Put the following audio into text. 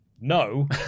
no